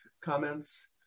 comments